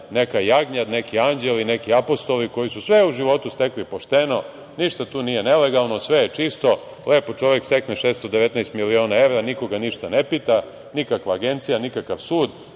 neka jagnjad, neki anđeli, neki apostoli koji su sve u životu stekli pošteno, ništa tu nije nelegalno, sve je čisto. Lepo čovek stekne 619 miliona evra, niko ga ništa ne pita, nikakva agencija, nikakav sud.